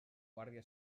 guàrdia